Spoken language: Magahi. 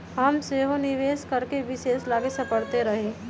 हम सेहो निवेश करेके विषय लागी सपड़इते रही